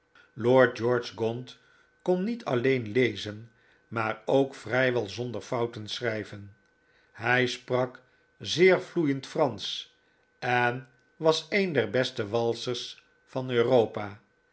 kon niet alleen lezen maar ook vrijwel zonder fouten schrijven hij sprak zeer vloeiend fransch en was een der beste walsers van europa